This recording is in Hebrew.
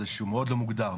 זה שהוא מאוד לא מוגדר.